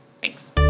Thanks